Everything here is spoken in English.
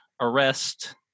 arrest